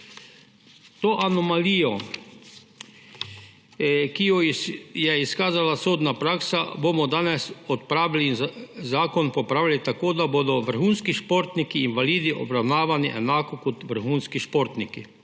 To anomalijo, ki jo je izkazala sodna praksa, bomo danes odpravili in zakon popravili tako, da bodo vrhunski športniki invalidi obravnavani enako kot vrhunski športniki.